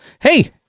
Hey